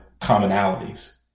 commonalities